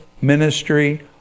ministry